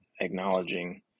acknowledging